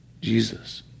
Jesus